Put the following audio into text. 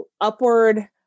upward